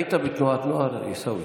היית בתנועת נוער, עיסאווי?